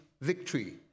victory